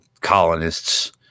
colonists